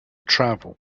travel